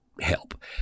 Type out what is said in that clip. help